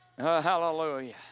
hallelujah